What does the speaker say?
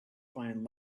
find